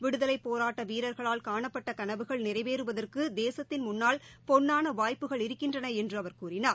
விடுதலைப் போராட்ட வீரர்களால் காணப்பட்ட கனவுகள் நிறைவேறுவதற்கு தேசத்தின் முன்னால் பொன்னான வாய்ப்புகள் இருக்கின்றன என்று அவர் கூறினார்